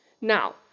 Now